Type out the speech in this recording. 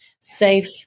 Safe